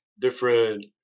different